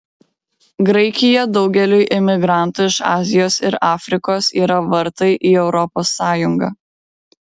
graikija daugeliui imigrantų iš azijos ir afrikos yra vartai į europos sąjungą